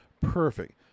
Perfect